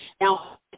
Now